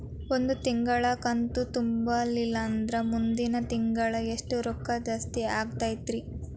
ಒಂದು ತಿಂಗಳಾ ಕಂತು ತುಂಬಲಿಲ್ಲಂದ್ರ ಮುಂದಿನ ತಿಂಗಳಾ ಎಷ್ಟ ರೊಕ್ಕ ಜಾಸ್ತಿ ಆಗತೈತ್ರಿ?